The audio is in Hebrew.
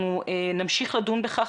אנחנו נמשיך לדון בכך.